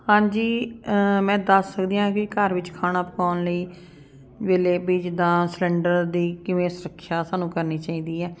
ਹਾਂਜੀ ਮੈਂ ਦੱਸ ਸਕਦੀ ਹਾਂ ਕਿ ਘਰ ਵਿੱਚ ਖਾਣਾ ਪਕਾਉਣ ਲਈ ਵੇਲੇ ਵੀ ਜਿੱਦਾਂ ਸਿਲੰਡਰ ਦੀ ਕਿਵੇਂ ਸੁਰੱਖਿਆ ਸਾਨੂੰ ਕਰਨੀ ਚਾਹੀਦੀ ਹੈ